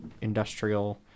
industrial